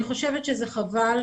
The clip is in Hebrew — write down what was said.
אני חושבת שזה חבל,